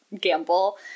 gamble